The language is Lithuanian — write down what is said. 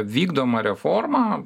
vykdoma reforma